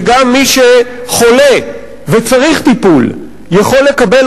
שגם מי שחולה וצריך טיפול יכול לקבל